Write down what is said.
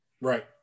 Right